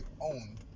own